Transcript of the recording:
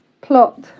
plot